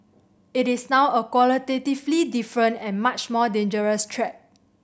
it is now a qualitatively different and much more dangerous threat